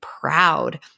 proud